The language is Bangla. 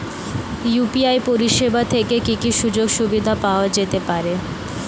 ইউ.পি.আই পরিষেবা থেকে কি কি সুযোগ সুবিধা পাওয়া যেতে পারে?